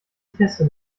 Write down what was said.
testet